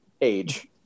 age